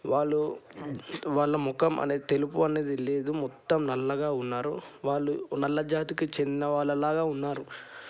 వాళ్ళు వాళ్ళ ముఖం అనేది తెలుపు అనేది లేదు మొత్తం నల్లగా ఉన్నారు వాళ్ళు నల్ల జాతికి చెందిన వాళ్ళ లాగా ఉన్నారు